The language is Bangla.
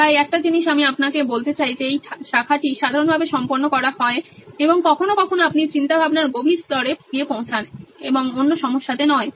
তাই একটা জিনিস আমি আপনাকে বলতে চাই যে এই শাখাটি সাধারণভাবে সম্পন্ন করা হয় এবং কখনও কখনও আপনি চিন্তাভাবনার গভীর স্তরে পৌঁছান এবং অন্য সমস্যাতে নয়